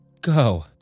go